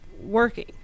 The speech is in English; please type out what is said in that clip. working